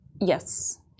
Yes